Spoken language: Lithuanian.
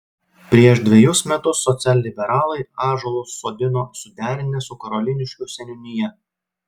prieš dvejus metus socialliberalai ąžuolus sodino suderinę su karoliniškių seniūnija